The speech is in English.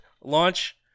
launch